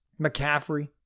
McCaffrey